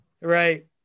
Right